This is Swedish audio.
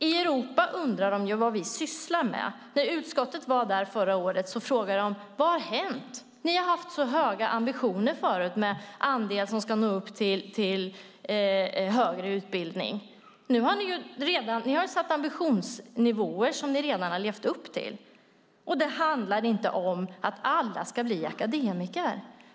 I Europa undrar man vad vi sysslar med. När utskottet var där förra året frågade man: Vad har hänt? Ni har ju haft så höga ambitioner förut när det har gällt den andel som ska nå upp till antagningskraven för högre utbildning, men nu har ni satt ambitionsnivåer som ni redan har levat upp till. Det handlar inte om att alla ska bli akademiker.